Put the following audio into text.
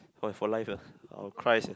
for for life ah I will cry sia